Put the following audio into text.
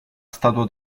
statua